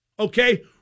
Okay